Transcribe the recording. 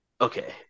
Okay